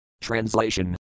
Translation